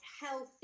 healthy